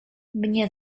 mnie